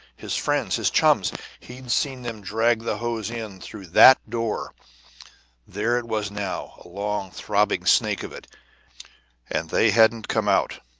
his friends, his chums he'd seen them drag the hose in through that door there it was now, a long, throbbing snake of it and they hadn't come out.